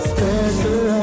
Special